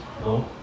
No